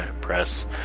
press